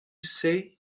say